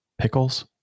pickles